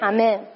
Amen